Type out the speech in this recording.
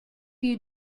you